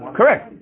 Correct